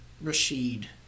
Rashid